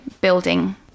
building